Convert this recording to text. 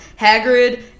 Hagrid